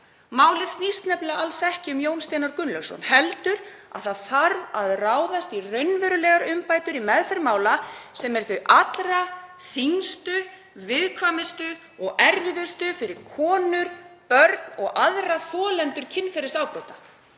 Málið snýst nefnilega alls ekki um Jón Steinar Gunnlaugsson, heldur að það þarf að ráðast í raunverulegar umbætur í meðferð mála sem eru þau allra þyngstu, viðkvæmustu og erfiðustu fyrir konur, börn og aðra þolendur kynferðisafbrota.